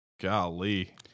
Golly